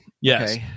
Yes